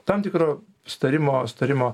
tam tikro sutarimo sutarimo